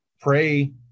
pray